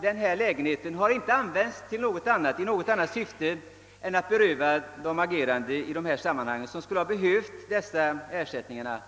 Denna lägenhet har då inte tjänat något annat syfte än att beröva de agerande i detta sammanhang, vilka skulle ha behövt dessa ersättningar,